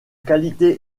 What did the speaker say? qualité